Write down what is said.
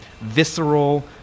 visceral